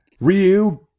ryu